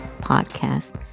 podcast